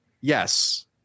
yes